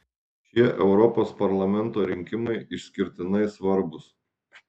šie europos parlamento rinkimai išskirtinai svarbūs